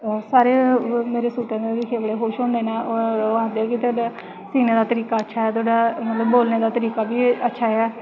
सारे मेरे सूटें गी दिक्खियै बड़े खुश होंदे न ओह् आखदे कि थोआढ़ा सीने दा तरीका अच्छा ऐ और बोलने दा बी तरीका अच्छा ऐ